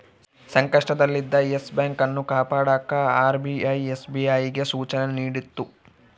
ಸಂಕಷ್ಟದಲ್ಲಿದ್ದ Yes Bank ಅನ್ನು ಕಾಪಾಡಕ ಆರ್.ಬಿ.ಐ ಎಸ್.ಬಿ.ಐಗೆ ಸೂಚನೆ ನೀಡಿತು